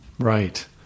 Right